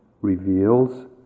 reveals